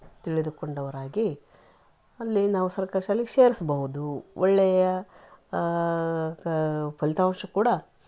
ತಿಳಿದುಕೊಂಡವರಾಗಿ ಅಲ್ಲಿ ನಾವು ಸರ್ಕಾರಿ ಶಾಲೆಗೆ ಸೇರಿಸ್ಬೌದು ಒಳ್ಳೆಯ ಫಲಿತಾಂಶ ಕೂಡ